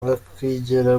akigera